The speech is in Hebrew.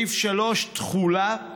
תחולה, (א)